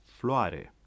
floare